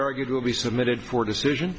argued will be submitted for decision